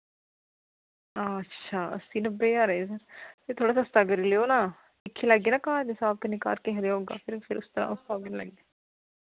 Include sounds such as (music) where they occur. अच्छा अस्सी नब्बे ज्हार एह् थोह्ड़ा सस्ता करी लैओ ना दिक्खी लैगे ना घर दे स्हाब कन्नै घर कैहो जेआ होगा फिर फिर उस तरह (unintelligible)